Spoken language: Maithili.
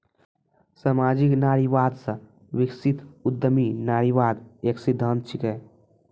सामाजिक नारीवाद से विकसित उद्यमी नारीवाद एक सिद्धांत छिकै